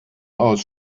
aus